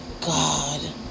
god